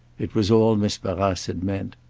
it was all miss barrace had meant.